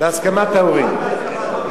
בהסכמת ההורים, רק בהסכמת ההורים.